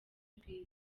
rwiza